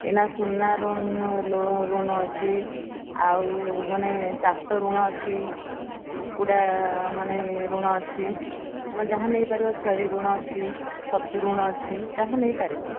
ଏଇନା ସୁନା ଋଣ ଅଛି ଆଉ ମାନେ ଚାଷ ଋଣ ଅଛି କୁକୁଡ଼ା ମାନେ ଋଣ ଅଛି ତମେ ଯାହା ନେଇପାରିବ ଛେଳି ଋଣ ଅଛି ଛତୁ ଋଣ ଅଛି ଯାହା ନେଇପାରିବ